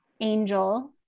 Angel